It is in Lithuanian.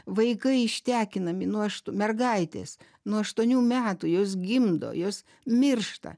vaikai ištekinami nu aš mergaitės nuo aštuonių metų jos gimdo jos miršta